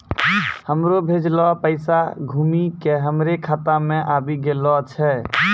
हमरो भेजलो पैसा घुमि के हमरे खाता मे आबि गेलो छै